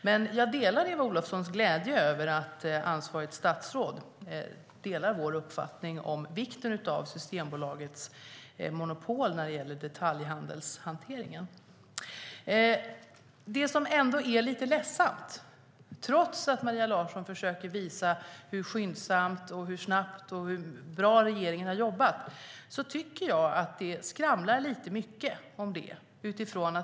Jag delar dock Eva Olofssons glädje över att ansvarigt statsråd delar vår uppfattning om vikten av Systembolagets monopol när det gäller detaljhandelshanteringen. Maria Larsson försöker visa hur skyndsamt, snabbt och bra regeringen har jobbat, men det som är lite ledsamt är att det skramlar lite väl mycket om detta.